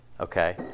Okay